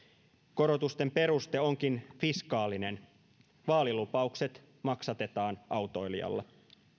korotusten peruste onkin fiskaalinen vaalilupaukset maksatetaan autoilijalla